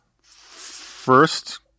first